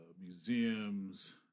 museums